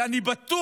כי אני בטוח